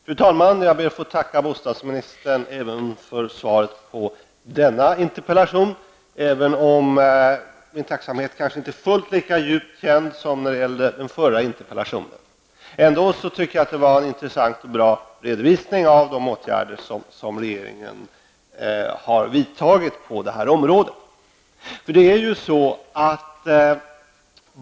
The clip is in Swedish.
Herr talman! Jag ber att få tacka bostadsministern för svaret på även denna interpellation, även om min tacksamhet inte är fullt lika djupt känd som när det gällde den förra interpellationen. Ändå tycker jag att det var en intressant och bra redovisning av de åtgärder som regeringen har vidtagit på det här området.